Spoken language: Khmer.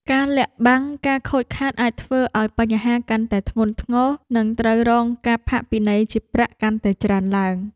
ការលាក់បាំងការខូចខាតអាចធ្វើឱ្យបញ្ហាកាន់តែធ្ងន់ធ្ងរនិងត្រូវរងការផាកពិន័យជាប្រាក់កាន់តែច្រើនឡើង។